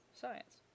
Science